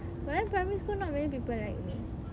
but then primary school not many people like me